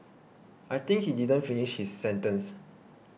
I think he didn't finish his sentence